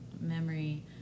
memory